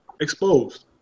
Exposed